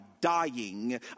dying